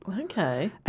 Okay